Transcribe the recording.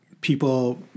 people